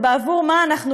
ובעבור מה אנחנו,